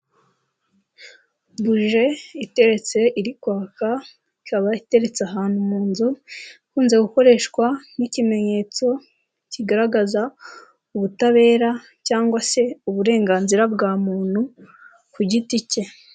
Buje iteretse irikwaka, ikaba iteretse ahantu mu nzu, ikunze gukoreshwa nk'ikimenyetso kigaragaza ubutabera cyangwa se uburenganzira bwa muntu ku giti cye.